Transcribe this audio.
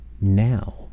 Now